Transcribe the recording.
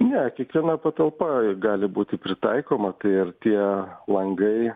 ne kiekviena patalpa gali būti pritaikoma tai ir tie langai